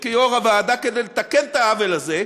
כיו"ר הוועדה כדי לתקן את העוול הזה,